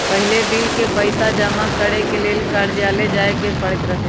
पहिले बिल के पइसा जमा करेके लेल कर्जालय जाय के परैत रहए